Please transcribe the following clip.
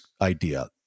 idea